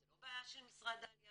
זה לא בעיה של משרד העלייה